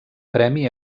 premi